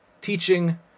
teaching